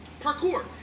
parkour